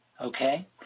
Okay